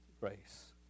grace